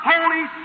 Holy